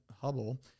Hubble